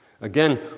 Again